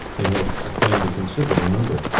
they had obtained a considerable number.